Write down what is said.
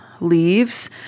leaves